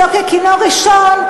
אם לא ככינור ראשון,